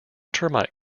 termite